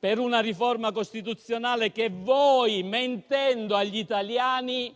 con una riforma costituzionale che voi, mentendo agli italiani,